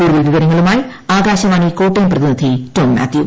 കൂടുതൽ വിവരങ്ങളുമായി ആകാശവാണി കോട്ടയം പ്രതിനിധി ടോം മാത്യു